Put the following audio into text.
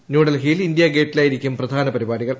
ന്യൂഡൽഹിയിൽ ഇന്ത്യാ ഗേറ്റിലായിരിക്കും പ്രധാന പരിപാടികൾ